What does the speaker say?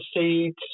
seeds